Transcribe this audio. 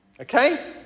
Okay